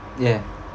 ya